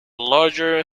larger